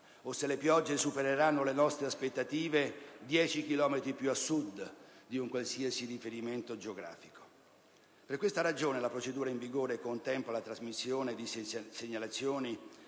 o se le piogge supereranno le nostre aspettative 10 chilometri più a Sud di un qualsiasi riferimento geografico. Per questa ragione, la procedura in vigore contempla la trasmissione di segnalazioni